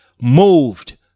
Moved